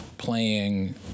Playing